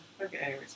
Okay